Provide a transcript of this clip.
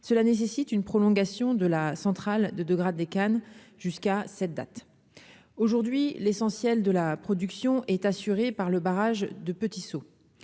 cela nécessite une prolongation de la centrale de de grade des cannes jusqu'à cette date, aujourd'hui l'essentiel de la production est assurée par le barrage de petits